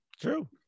True